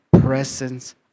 presence